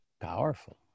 powerful